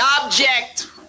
object